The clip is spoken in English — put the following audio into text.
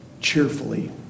cheerfully